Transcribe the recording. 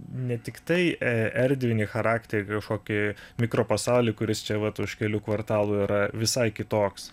ne tiktai e erdvinį charakterį kažkokį mikropasaulį kuris čia vat už kelių kvartalų yra visai kitoks